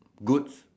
goods